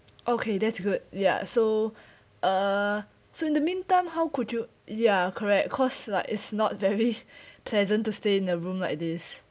okay that's good ya so uh so in the meantime how could you ya correct cause like it's not very pleasant to stay in the room like this